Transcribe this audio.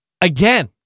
again